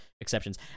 exceptions